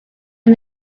and